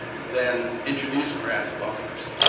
then introduce graph buffers.